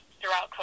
throughout